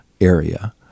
area